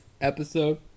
episode